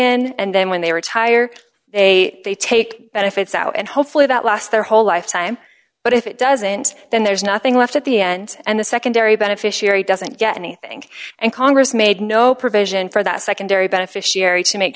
money and then when they retire a they take benefits out and hopefully that last their whole lifetime but if it doesn't then there's nothing left at the end and the secondary beneficiary doesn't get anything and congress made no provision for that secondary beneficiary to make